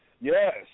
yes